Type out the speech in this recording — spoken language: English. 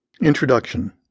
Introduction